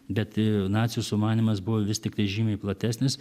bet nacių sumanymas buvo vis tiktai žymiai platesnis